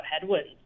headwinds